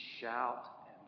shout